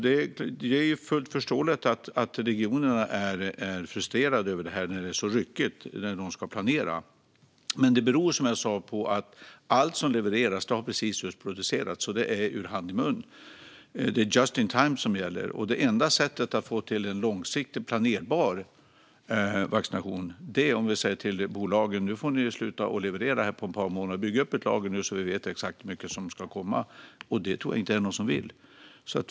Det är fullt förståeligt att regionerna är frustrerade när det blir så ryckigt när de ska planera. Men det beror på att allt som levereras precis just producerats. Det är ur hand i mun. Det är just in time som gäller. Det enda sättet att få till en långsiktig, planerbar vaccination är att vi säger till bolagen att de får sluta att leverera under ett par månader och bygga upp ett lager så att vi vet exakt hur mycket som ska komma. Det tror jag inte någon vill.